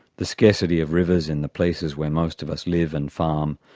the scarcity of rivers in the places where most of us live and farm,